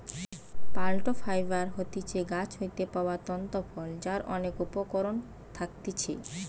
plant fibre হতিছে গাছ হইতে পাওয়া তন্তু ফল যার অনেক উপকরণ থাকতিছে